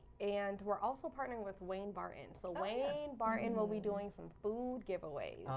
and we're also partnering with wayne barton. so wayne barton will be doing some food giveaways.